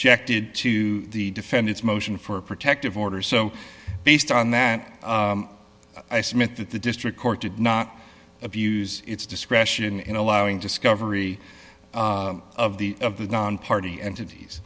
cked in to the defendants motion for a protective order so based on that i submit that the district court did not abuse its discretion in allowing discovery of the of the gone party entities